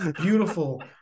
beautiful